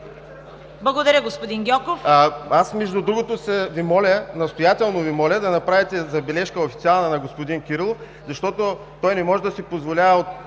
Благодаря, господин Гьоков. ГЕОРГИ ГЬОКОВ: Аз, между другото, Ви моля, настоятелно Ви моля да направите забележка – официална, на господин Кирилов, защото той не може да си позволява от